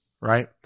right